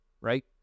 right